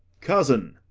cousin,